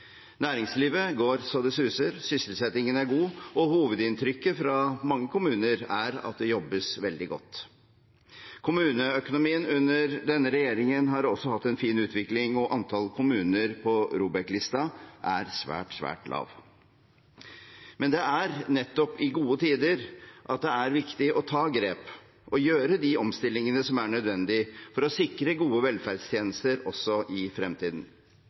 Næringslivet går så det suser, sysselsettingen er god, og hovedinntrykket fra mange kommuner er at det jobbes veldig godt. Kommuneøkonomien under denne regjeringen har også hatt en fin utvikling, og antall kommuner på ROBEK-listen er svært, svært lavt. Men det er nettopp i gode tider at det er viktig å ta grep og gjøre de omstillingene som er nødvendige for å sikre gode velferdstjenester også i fremtiden.